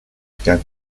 began